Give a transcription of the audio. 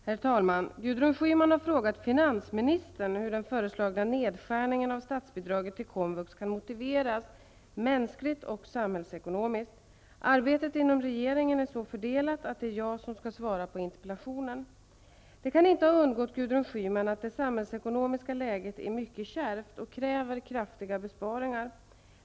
Herr talman! Gudrun Schyman har frågat finansministern hur den föreslagna nedskärningen av statsbidraget till komvux kan motiveras mänskligt och samhällsekonomiskt. Arbetet inom regeringen är så fördelat att det är jag som skall svara på interpellationen. Det kan inte ha undgått Gudrun Schyman att det samhällsekonomiska läget är mycket kärvt och kräver kraftiga besparingar.